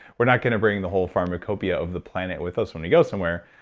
we're not going to bring the whole pharmacopeia of the planet with us when we go somewhere.